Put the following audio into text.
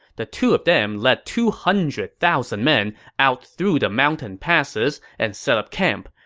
the two of them led two hundred thousand men out through the mountain passes and set up camp.